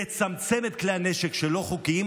לצמצם את כלי הנשק הלא-חוקיים,